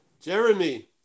Jeremy